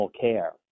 care